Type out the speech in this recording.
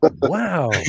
wow